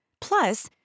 Plus